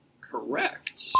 Correct